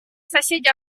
соседи